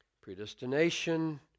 predestination